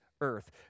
earth